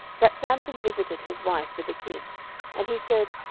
that samson visited his wife with a kid and he said,